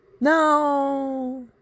No